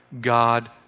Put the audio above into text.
God